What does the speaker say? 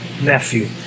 nephew